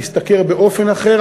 להשתכר באופן אחר,